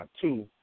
two